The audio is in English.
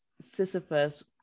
Sisyphus